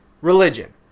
religion